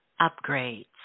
upgrades